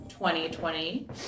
2020